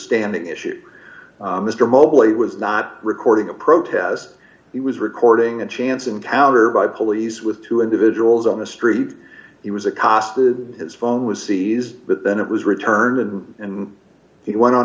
standing issue mr mobley was not recording a protest he was recording a chance encounter by police with two individuals on the street he was accosted his phone was seized but then it was returned and he went on